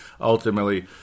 Ultimately